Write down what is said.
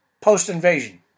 post-invasion